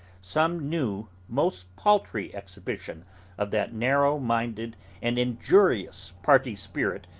some new most paltry exhibition of that narrow-minded and injurious party spirit,